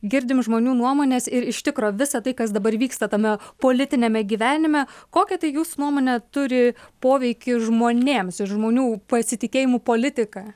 girdim žmonių nuomones ir iš tikro visa tai kas dabar vyksta tame politiniame gyvenime kokią tai jūsų nuomone turi poveikį žmonėms ir žmonių pasitikėjimu politika